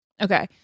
Okay